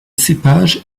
cépages